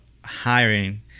hiring